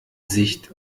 sicht